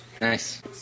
Nice